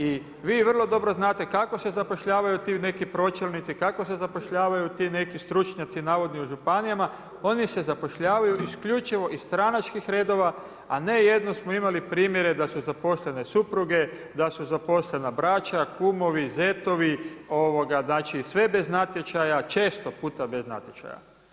I vi vrlo dobro znate kako se zapošljavaju ti neki pročelnici, kako se zapošljavaju ti neki stručnjaci navodni u županijama, oni se zapošljavaju isključivo iz stranačkih redova, a ne jednom smo imali primjere da su zaposlene supruge, da su zaposlena braća, kumovi, zetovi, sve bez natječaja, često puta bez natječaja.